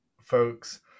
folks